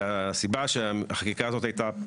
והסיבה שהחקיקה הזאת הייתה,